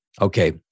Okay